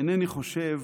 אינני חושב